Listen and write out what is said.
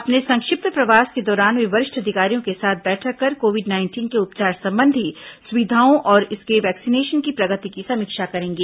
अपने संक्षिप्त प्रवास के दौरान वे वरिष्ठ अधिकारियों के साथ बैठक कर कोविड नाइंटीन के उपचार संबंधी सुविधाओं और इसके वैक्सीनेशन की प्रगति की समीक्षा करेंगे